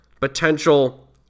potential